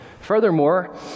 Furthermore